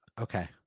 Okay